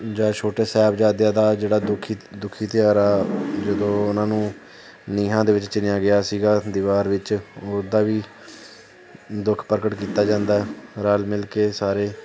ਜਾਂ ਛੋਟੇ ਸਾਹਿਬਜ਼ਾਦਿਆਂ ਦਾ ਜਿਹੜਾ ਦੁਖੀ ਦੁਖੀ ਦਿਹਾੜਾ ਜਦੋਂ ਉਹਨਾਂ ਨੂੰ ਨੀਹਾਂ ਦੇ ਵਿੱਚ ਚਿਣਿਆ ਗਿਆ ਸੀਗਾ ਦੀਵਾਰ ਵਿੱਚ ਉਹਦਾ ਵੀ ਦੁੱਖ ਪ੍ਰਗਟ ਕੀਤਾ ਜਾਂਦਾ ਰਲ ਮਿਲ ਕੇ ਸਾਰੇ